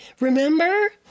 remember